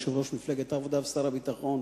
היא ליושב-ראש מפלגת העבודה ושר הביטחון,